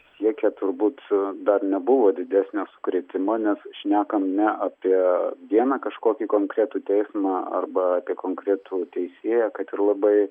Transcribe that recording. siekia turbūt su dar nebuvo didesnio sukrėtimo nes šnekam ne apie vieną kažkokį konkretų teismą arba apie konkretų teisėją kad ir labai